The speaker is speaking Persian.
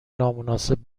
نامناسب